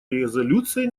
резолюция